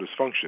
dysfunction